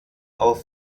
auch